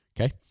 Okay